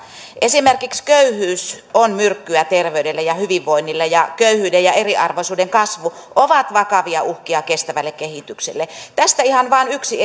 esimerkiksi köyhyys on myrkkyä terveydelle ja hyvinvoinnille ja köyhyyden ja eriarvoisuuden kasvu ovat vakavia uhkia kestävälle kehitykselle tästä ihan vain yksi